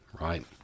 right